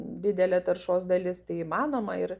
didelė taršos dalis tai įmanoma ir